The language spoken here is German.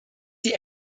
die